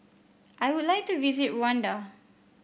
I would like to visit Rwanda